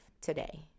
today